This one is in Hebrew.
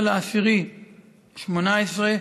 16 באוקטובר 2018,